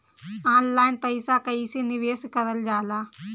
Online पईसा कईसे निवेश करल जाला?